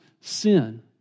sin